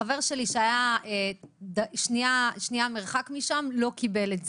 חבר שלי שהיה במרחק שנייה משם לא קיבל את זה.